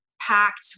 packed